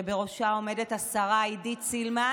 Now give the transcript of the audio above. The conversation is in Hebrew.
שבראשו עומדת השרה עידית סילמן,